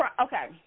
Okay